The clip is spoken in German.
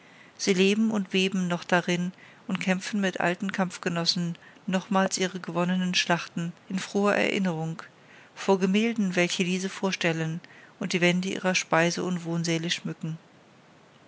sie leben und weben noch darin und kämpfen mit alten kampfgenossen nochmals alle ihre gewonnenen schlachten in froher erinnerung vor gemälden welche diese vorstellen und die wände ihrer speise und wohnsäle schmücken